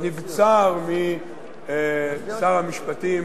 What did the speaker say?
נבצר משר המשפטים